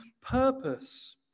purpose